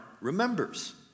remembers